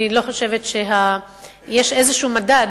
אני לא חושבת שיש מדד